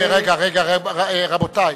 רבותי.